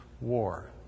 war